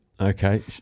Okay